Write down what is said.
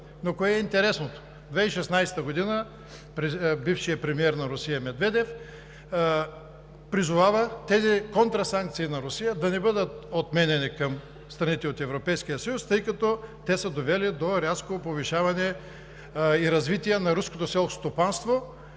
но кое е интересното? В 2016 г. бившият премиер на Русия Медведев призовава тези контрасанкции на Русия да не бъдат отменяни към страните от Европейския съюз, тъй като те са довели до рязко повишаване и развитие на руското селско стопанство,